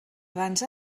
abans